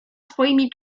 swoimi